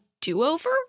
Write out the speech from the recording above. do-over